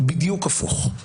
בדיוק הפוך.